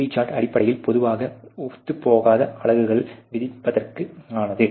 P chart அடிப்படையில் பொதுவாக ஒத்துப்போகாத அலகுகளின் விகிதத்திற்கு ஆனது